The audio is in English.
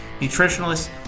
nutritionalists